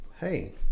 hey